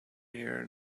here